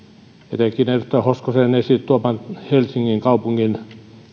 etenkin edustaja hoskosen esiintuoma helsingin kaupungin